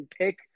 pick